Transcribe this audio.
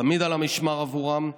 תמיד על המשמר עבורם,